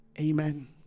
amen